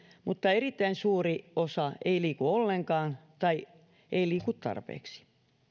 mutta erittäin suuri osa ei liiku ollenkaan tai ei liiku tarpeeksi